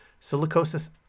silicosis